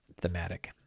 thematic